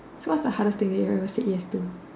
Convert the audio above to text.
so what's the hardest thing that you ever said yes to